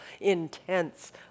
intense